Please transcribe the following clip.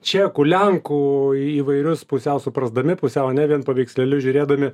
čekų lenkų įvairius pusiau suprasdami pusiau ne vien paveikslėlius žiūrėdami